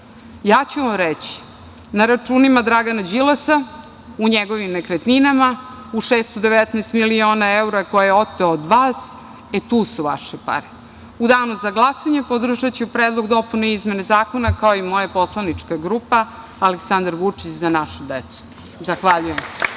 ću vam ja – na računima Dragana Đilasa, u njegovim nekretninama, u 619 miliona evra koje je oteo od vas. E, tu su vaše pare.U danu za glasanje podržaću Predlog dopune i izmene zakona, kao i moja Poslanička grupa Aleksandar Vučić – Za našu decu. Zahvaljujem.